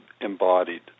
embodied